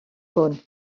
hwn